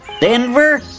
Denver